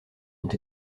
ont